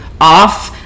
off